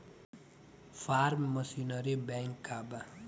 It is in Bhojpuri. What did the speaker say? फार्म मशीनरी बैंक का बा?